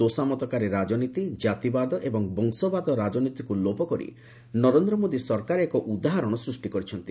ତୋଷାମତକାରୀ ରାଜନୀତି ଜାତିବାଦ ଏବଂ ବଂଶବାଦ ରାଜନୀତିକ୍ ଲୋପ କରି ନରେନ୍ଦ୍ର ମୋଦୀ ସରକାର ଏକ ଉଦାହରଣ ସୃଷ୍ଟି କରିଛନ୍ତି